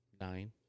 nine